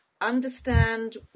understand